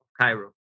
Cairo